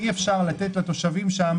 אי אפשר לחסום לתושבים שם,